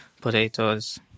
Potatoes